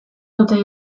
dute